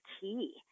key